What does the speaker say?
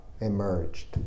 emerged